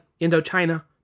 Indochina